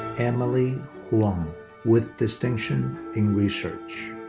emily huang with distinction in research.